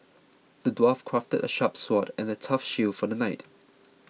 the dwarf crafted a sharp sword and a tough shield for the knight